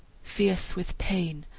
fierce with pain,